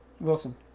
Wilson